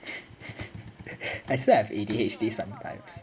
I swear